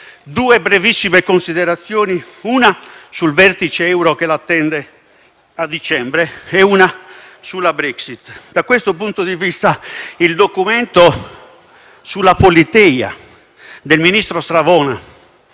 Due brevissime considerazioni, una sul vertice euro che la attende a dicembre e una sulla Brexit. Da questo punto di vista, il documento sulla Politeia del ministro Savona